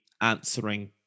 answering